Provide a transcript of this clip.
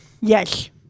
Yes